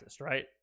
right